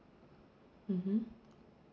mmhmm